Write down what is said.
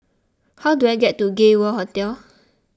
how do I get to Gay World Hotel